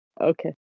Okay